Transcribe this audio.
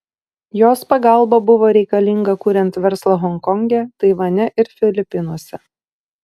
jos pagalba buvo reikalinga kuriant verslą honkonge taivane ir filipinuose